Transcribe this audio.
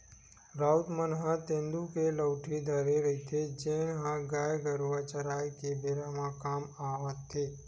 राउत मन ह तेंदू के लउठी धरे रहिथे, जेन ह गाय गरुवा चराए के बेरा काम म आथे